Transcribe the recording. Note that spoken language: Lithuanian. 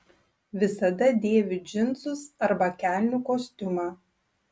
visada dėviu džinsus arba kelnių kostiumą